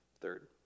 Third